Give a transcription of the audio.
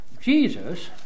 Jesus